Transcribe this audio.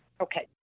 Okay